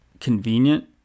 convenient